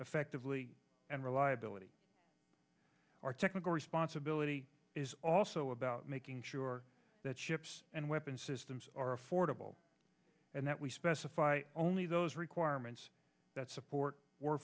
effectively and reliability our technical responsibility is also about making sure that ships and weapons systems are affordable and that we specify only those requirements that support w